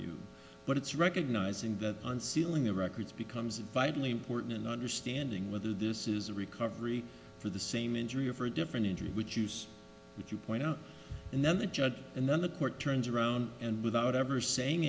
you but it's recognizing that on sealing the records becomes vitally important in understanding whether this is a recovery for the same injury or for a different injury would use if you point out and then the judge and then the court turns around and without ever saying